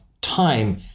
time